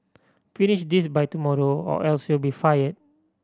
finish this by tomorrow or else you'll be fired